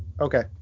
Okay